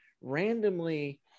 randomly